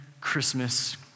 Christmas